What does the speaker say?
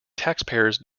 taxpayers